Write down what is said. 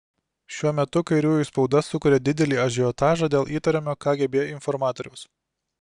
šiuo metu kairiųjų spauda sukuria didelį ažiotažą dėl įtariamo kgb informatoriaus